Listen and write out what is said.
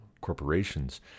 corporations